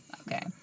okay